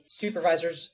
supervisors